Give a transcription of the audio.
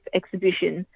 exhibition